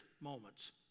moments